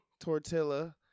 tortilla